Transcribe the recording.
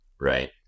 Right